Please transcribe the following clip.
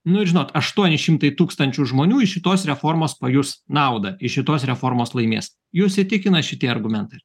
nu ir žinot aštuoni šimtai tūkstančių žmonių iš šitos reformos pajus naudą iš šitos reformos laimės jus įtikina šitie argumentai